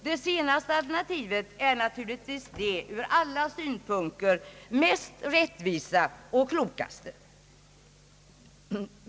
Det senaste alternativet är naturligtvis det ur alla synpunkter mest rättvisa och kloka.